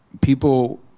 people